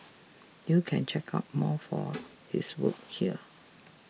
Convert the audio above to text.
you can check out more for his work here